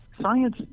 Science